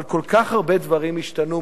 אבל כל כך הרבה דברים השתנו.